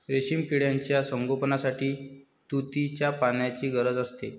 रेशीम किड्यांच्या संगोपनासाठी तुतीच्या पानांची गरज असते